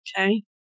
Okay